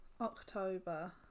October